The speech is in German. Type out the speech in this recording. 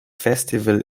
festival